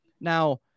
Now